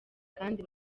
kandi